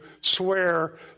swear